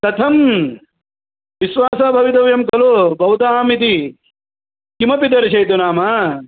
कथं विश्वासः भवितव्यः खलु भवताम् इति किमपि दर्शयतु नाम